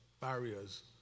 barriers